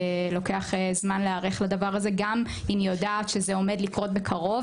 לוקח זמן להיערך לדבר הזה גם אם היא יודעת שזה עומד לקרות בקרוב.